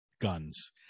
guns